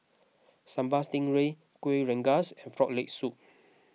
Sambal Stingray Kuih Rengas and Frog Leg Soup